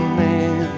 man